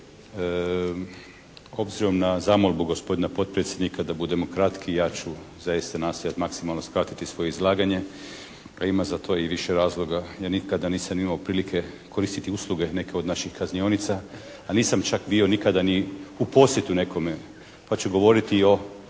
Obzirom na zamolbu gospodina potpredsjednika da budemo kratki ja ću zaista nastojati maksimalno skratiti svoje izlaganje pa ima za to i više razloga. Ja nikada nisam imao prilike koristiti usluge neke od naših kaznionica, a nisam čak bio nikada ni u posjetu nekome, pa ću govoriti o